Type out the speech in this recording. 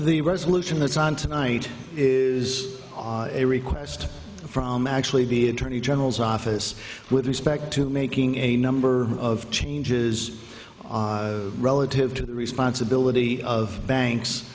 the resolution that's on tonight is a request from actually be attorney general's office with respect to making a number of changes relative to the responsibility of banks